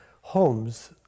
homes